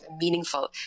meaningful